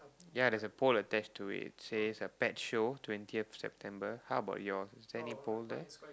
ya there's a poll attached to it says a pet show twentieth September how about yours is there any poll there's